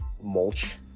mulch